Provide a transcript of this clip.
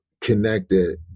connected